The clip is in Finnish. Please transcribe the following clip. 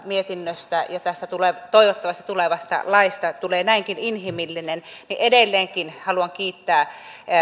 mietinnöstä ja tästä toivottavasti tulevasta laista tulee näinkin inhimillinen niin edelleenkin haluan kiittää